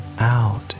out